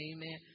Amen